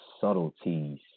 subtleties